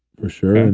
for sure. and